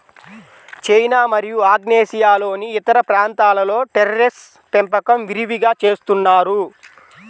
China మరియు ఆగ్నేయాసియాలోని ఇతర ప్రాంతాలలో టెర్రేస్ పెంపకం విరివిగా చేస్తున్నారు